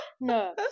No